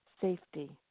safety